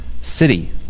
city